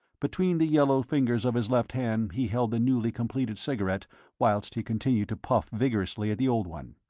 between the yellow fingers of his left hand he held the newly completed cigarette whilst he continued to puff vigorously at the old one.